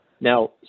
Now